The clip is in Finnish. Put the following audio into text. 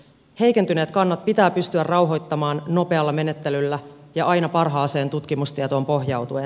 heikentyneet kannat pitää pystyä rauhoittamaan nopealla menettelyllä ja aina parhaaseen tutkimustietoon pohjautuen